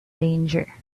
danger